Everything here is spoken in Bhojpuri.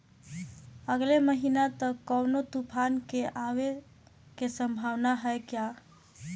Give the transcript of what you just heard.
अगले महीना तक कौनो तूफान के आवे के संभावाना है क्या?